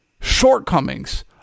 shortcomings